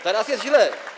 teraz jest źle.